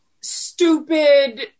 stupid